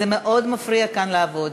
זה מאוד מפריע כאן לעבוד.